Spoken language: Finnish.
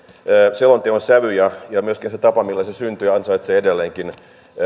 selonteon sävy ja myöskin se tapa millä se syntyi ansaitsevat edelleenkin